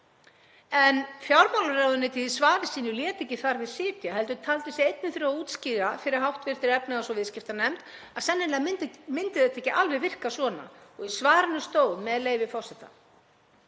En fjármálaráðuneytið lét í svari sínu ekki þar við sitja heldur taldi sig einnig þurfi að útskýra fyrir hv. efnahags- og viðskiptanefnd að sennilega myndi þetta ekki alveg virka svona. Í svarinu stóð, með leyfi forseta: